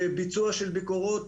וביצוע של ביקורות,